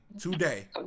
today